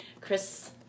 Chris